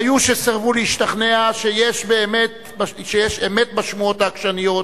היו שסירבו להשתכנע שיש אמת בשמועות העקשניות